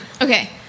Okay